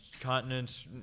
continents